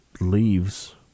leaves